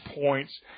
points